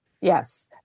Yes